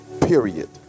Period